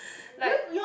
like